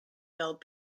build